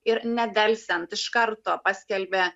ir nedelsiant iš karto paskelbia